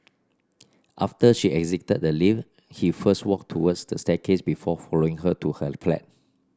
after she exited the lift he first walked towards the staircase before following her to her flat